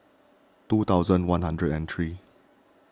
two thousand one hundred and three